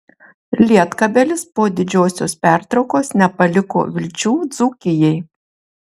lietkabelis po didžiosios pertraukos nepaliko vilčių dzūkijai